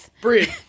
Breathe